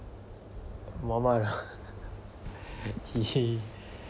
Mohamed lah he